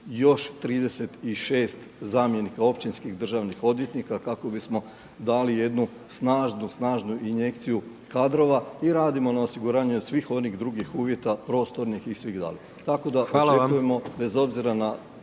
još 36 zamjenika općinskih, državnih odvjetnika kako bismo dali jednu snažnu, snažnu injekciju kadrova i radimo na osiguranju svih onih drugih uvjeta prostornih i …/Govornik se ne razumije./… Tako da, očekujemo bez obzira…